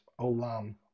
Olam